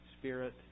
spirit